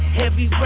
heavy